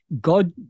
God